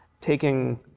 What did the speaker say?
taking